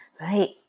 right